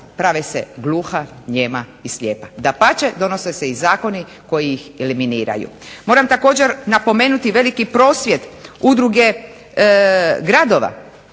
prave se gluha, nijema i slijepa, dapače donose se i zakoni koji ih eliminiraju. Moram također napomenuti i veliki prosvjed udruge gradova